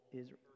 Israel